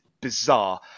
bizarre